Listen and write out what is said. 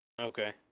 okay